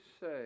say